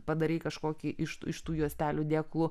padarei kažkokį iš iš tų juostelių dėklų